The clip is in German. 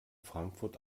frankfurt